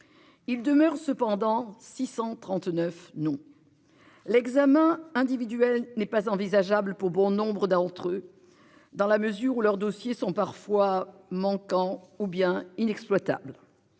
Il demeure cependant 639 nous. L'examen individuel n'est pas envisageable pour bon nombre d'entre eux. Dans la mesure où leurs dossiers sont parfois manquant ou bien inexploitables.